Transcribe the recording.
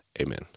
Amen